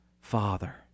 Father